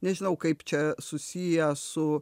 nežinau kaip čia susiję su